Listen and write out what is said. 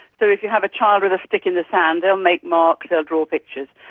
so if you have a child with a stick in the sand they'll make marks, they'll draw pictures,